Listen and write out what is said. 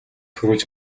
төрүүлж